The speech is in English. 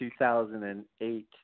2008